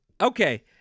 okay